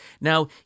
Now